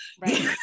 Right